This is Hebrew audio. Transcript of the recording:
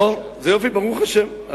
ברוך השם.